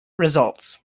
results